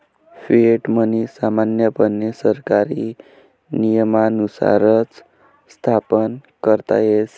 fiat money सामान्यपणे सरकारी नियमानुसारच स्थापन करता येस